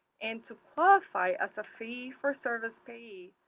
and to qualify as a fee-for-service payee,